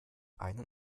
einen